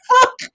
fuck